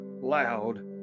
loud